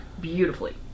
beautifully